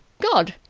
god!